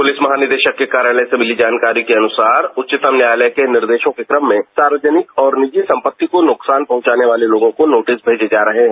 police महानिदेशक के कार्यालय से मिली जानकारी के अनुसार उच्चतम न्यायालय के निर्देशों के क्रम में सार्वजनिक और निजी सम्पत्ति को नुकसान पहुंचाने वाले लोगों को नोटिस भेजे जा रहे हैं